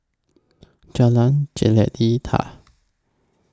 Jalan Jelita